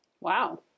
Wow